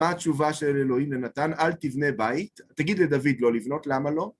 מה התשובה של אלוהים לנתן? אל תבנה בית, תגיד לדוד לא לבנות, למה לו?